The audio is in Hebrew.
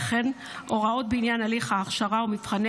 וכן הוראות בעניין הליך ההכשרה ומבחני